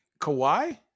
Kawhi